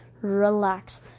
relax